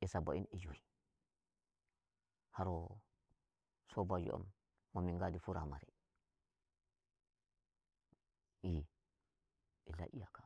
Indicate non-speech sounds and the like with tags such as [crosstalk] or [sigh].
e saba'in e joyi, haro sobajo am mo min ngadi furamare [hesitation] illa iyaka.